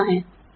ठीक है